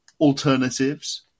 alternatives